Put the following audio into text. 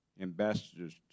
ambassadors